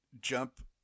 jump